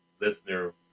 listener